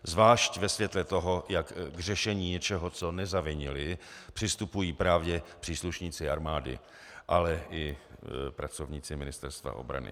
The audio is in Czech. Zvlášť ve světle toho, jak k řešení něčeho, co nezavinili, přistupují právě příslušníci armády, ale i pracovníci Ministerstva obrany.